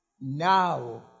now